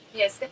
yes